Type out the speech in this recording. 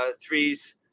threes